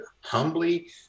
humbly